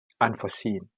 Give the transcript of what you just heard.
unforeseen